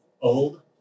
old